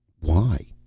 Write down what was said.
why?